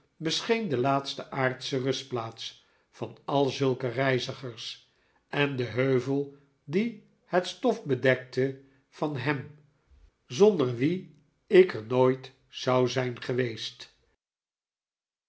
bescheen de laatste aardsche rustplaats van al zulke reizigers en den heuvel die het stof bedekte van hem zonder wien ik er nooit zou zijn geweest